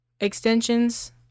Extensions